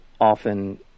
often